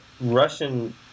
Russian